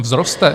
Vzroste?